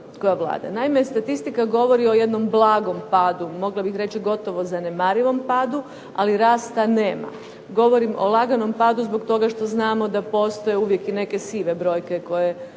Naime, statistika govori o jednom blagom padu, mogla bih reći gotovo zanemarivom padu, ali rasta nema. Govorim o laganom padu zbog toga što znamo da postoje uvijek neke sive brojke koje